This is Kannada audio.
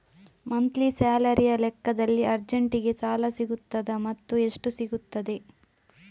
ಮಂತ್ಲಿ ಸ್ಯಾಲರಿಯ ಲೆಕ್ಕದಲ್ಲಿ ಅರ್ಜೆಂಟಿಗೆ ಸಾಲ ಸಿಗುತ್ತದಾ ಮತ್ತುಎಷ್ಟು ಸಿಗುತ್ತದೆ?